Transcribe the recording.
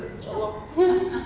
inshallah